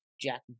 Jack